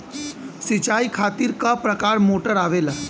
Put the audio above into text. सिचाई खातीर क प्रकार मोटर आवेला?